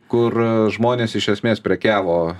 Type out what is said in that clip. kur žmonės iš esmės prekiavo